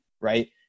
Right